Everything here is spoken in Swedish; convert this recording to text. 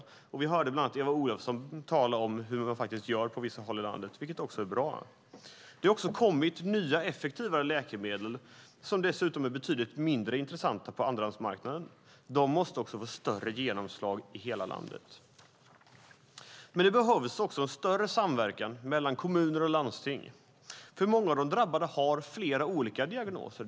Vi hörde bland annat Eva Olofsson tala om hur man gör på vissa håll i landet, vilket är bra. Det har också kommit nya, effektivare läkemedel som dessutom är betydligt mindre intressanta på andrahandsmarknaden. De måste få större genomslag i hela landet. Det behövs en större samverkan mellan kommuner och landsting. Många av de drabbade har flera olika diagnoser.